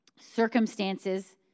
circumstances